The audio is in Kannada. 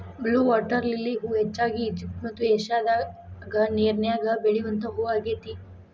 ಬ್ಲೂ ವಾಟರ ಲಿಲ್ಲಿ ಹೂ ಹೆಚ್ಚಾಗಿ ಈಜಿಪ್ಟ್ ಮತ್ತ ಏಷ್ಯಾದಾಗ ನೇರಿನ್ಯಾಗ ಬೆಳಿವಂತ ಹೂ ಆಗೇತಿ